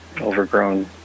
overgrown